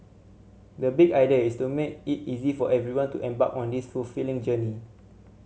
the big idea is to make it easy for everyone to embark on this fulfilling journey